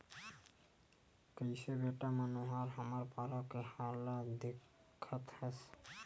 कइसे बेटा मनोहर हमर पारा के हाल ल देखत हस